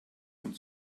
von